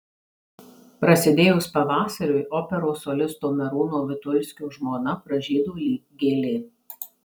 prasidėjus pavasariui operos solisto merūno vitulskio žmona pražydo lyg gėlė